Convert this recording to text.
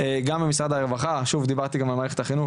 גם במשרד הרווחה וגם במערכת החינוך,